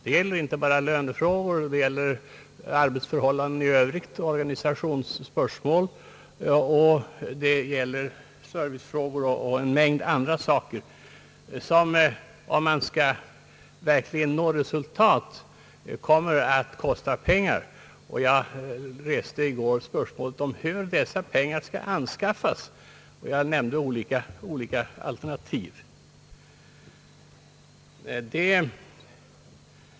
Det gäller inte bara lönefrågor, arbetsförhållanden i övrigt och organisationsspörsmål, utan också servicefrågor och en mängd andra saker. Om man verkligen skall nå resultat kommer det att kosta pengar. Jag reste därför spörsmålet hur dessa pengar skall anskaffas och nämnde olika alternativ.